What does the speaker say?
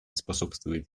способствует